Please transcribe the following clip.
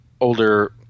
older